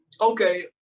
Okay